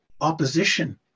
opposition